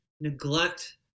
neglect